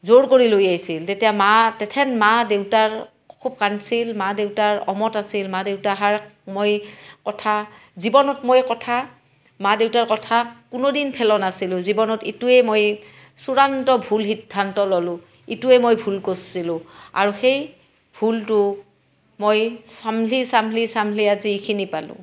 যোৰ কৰি লৈ আহিছিল তেতিয়া মা তেথেন মা দেউতাৰ খুব কান্দছিল মা দেউতাৰ অমত আছিল মা দেউতাহাৰ মই কথা জীৱনত মই কথা মা দেউতাৰ কথা কোনোদিন ফেলো নাছিলো জীৱনত ইটোৱে মই চূড়ান্ত ভূল সিদ্ধান্ত ল'লোঁ ইটোৱে মই ভুল কৰিছিলোঁ আৰু সেই ভুলটো মই চম্ভলি চাম্ভলি চাম্ভলি আজি এইখিনি পালোঁ